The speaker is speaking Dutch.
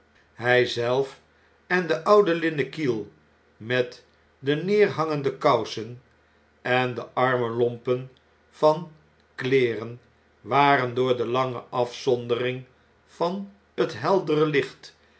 hij zelf en de oude linnenkiel met de neerhangende kousen en de arme lompen van kleeren waren door de lange afzondering van het heldere licht